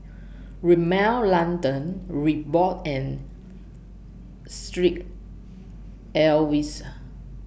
Rimmel London Reebok and Street Ives